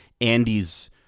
Andy's